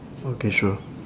okay sure